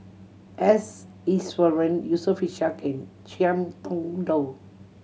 S Iswaran Yusof Ishak and Ngiam Tong Dow